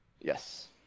Yes